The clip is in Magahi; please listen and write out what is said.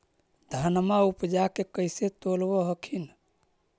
धनमा उपजाके कैसे तौलब हखिन?